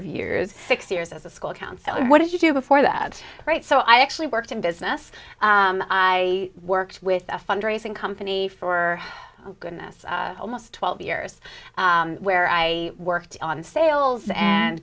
of years six years as a school counselor what did you do before that right so i actually worked in business i worked with a fundraising company for goodness almost twelve years where i worked on sales and